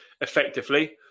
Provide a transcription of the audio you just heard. effectively